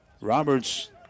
Roberts